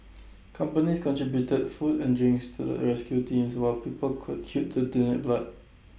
companies contributed food and drinks to the rescue teams while people queued to donate blood